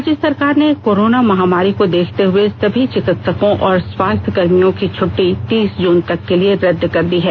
राज्य सरकार ने कोरोना महामारी को देखते हए सभी चिकित्सकों और स्वास्थय कर्मियों की छट्टी तीस जून तक के लिए रद्द कर दी है